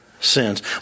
sins